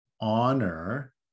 honor